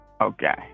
Okay